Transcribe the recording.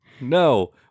No